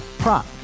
prop